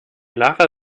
lara